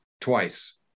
twice